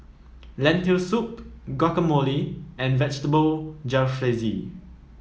Lentil Soup Guacamole and Vegetable Jalfrezi